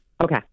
Okay